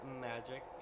magic